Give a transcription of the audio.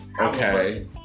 Okay